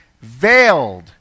veiled